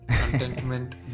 contentment